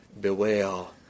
bewail